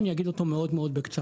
אני אגיד אותו מאוד בקצרה.